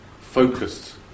focused